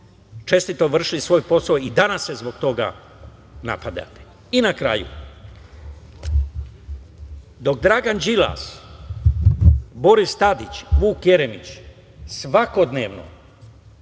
čestito vršili svoj posao i danas se zbog toga napadate. Na kraju, dok Dragan Đilas, Boris Tadić, Vuk Jeremić svakodnevno,